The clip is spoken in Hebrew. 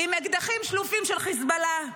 עם אקדחים שלופים של חיזבאללה,